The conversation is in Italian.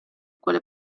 quelle